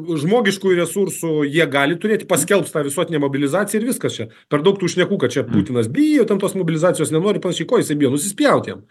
žmogiškųjų resursų jie gali turėt paskelbs tą visuotinę mobilizaciją ir viskas čia per daug tų šnekų kad čia putinas bijo ten tos mobilizacijos nenori panašiai ko jisai bijo nusispjaut jam